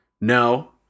No